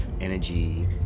energy